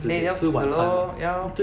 then 要死 lor ya lor